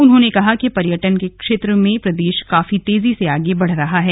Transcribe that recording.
उन्होंने कहा कि पर्यटन के क्षेत्र में प्रदेश काफी तेजी से आगे बढ़ रहा है